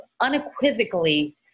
unequivocally